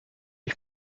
ich